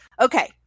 okay